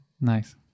nice